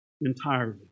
entirely